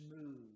smooth